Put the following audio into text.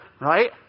right